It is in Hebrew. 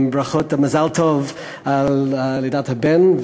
ברכות מזל טוב להולדת הבן,